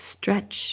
stretch